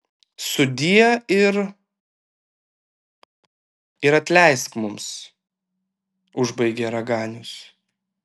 sudie ir ir atleisk mums užbaigė raganius